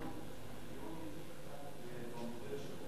גם כדאי ללמוד את הקריטריונים במודל של "אופק חדש",